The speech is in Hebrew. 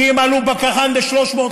כי הם עלו בקח"ן, הם